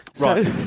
Right